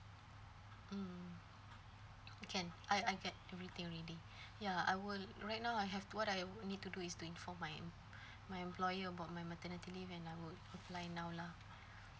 mm can I I get already ya I will right now I have what I would need to do is to inform my my employer about my maternity leave and I will apply now lah